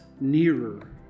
nearer